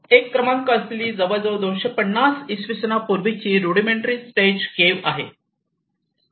1 क्रमांक असलेली जवळजवळ 250 इसवी सन वर्षांपूर्वी ची रुढीमेंट्री स्टेज केव्ह आहे